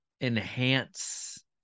enhance